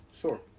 Sure